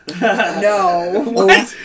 no